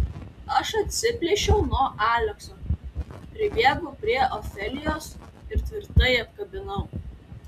aš atsiplėšiau nuo alekso pribėgau prie ofelijos ir tvirtai apkabinau